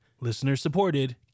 Listener-supported